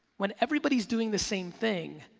when everybody's doing the same thing,